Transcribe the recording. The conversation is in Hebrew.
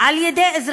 על-ידי חברי הכנסת,